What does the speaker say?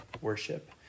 worship